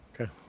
Okay